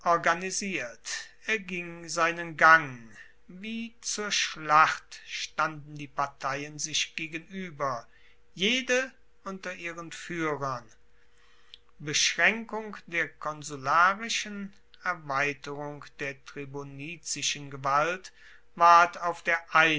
organisiert er ging seinen gang wie zur schlacht standen die parteien sich gegenueber jede unter ihren fuehrern beschraenkung der konsularischen erweiterung der tribunizischen gewalt ward auf der